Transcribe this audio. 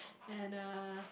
and a